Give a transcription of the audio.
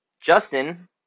Justin